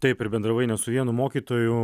taip ir bendravai ne su vienu mokytoju